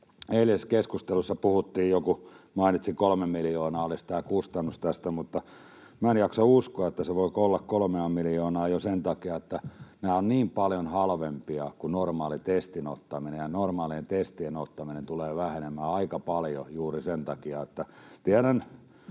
Eilisessä keskustelussa puhuttiin, joku mainitsi, että 3 miljoonaa olisi tämä kustannus tästä, mutta minä en jaksa uskoa, että se voi olla 3:a miljoonaa jo sen takia, että nämä ovat niin paljon halvempia kuin normaalin testin ottaminen, ja normaalien testien ottaminen tulee vähenemään aika paljon juuri sen takia. Tiedän